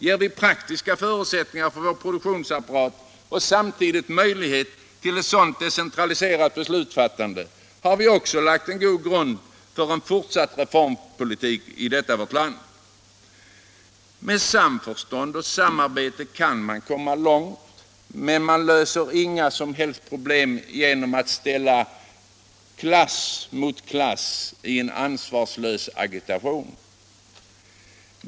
Ger vi praktiska förutsättningar för vår produktionsapparat och samtidigt möjlighet till ett sådant decentraliserat beslutsfattande, har vi också lagt en god grund för en fortsatt reformpolitik i vårt land. Med samförstånd och samarbete kan man komma långt, men man löser inga som helst problem genom att ställa klass mot klass i en ansvarslös agitation.